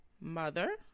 Mother